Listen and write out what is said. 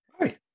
Hi